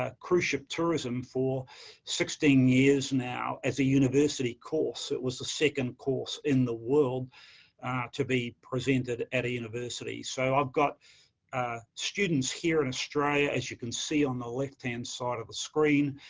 ah cruise-ship tourism for sixteen years now, as a university course, it was the second course in the world to be presented at a university. so, i've got students here, in australia, as you can see on the left-hand side of the screen.